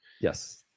Yes